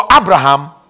Abraham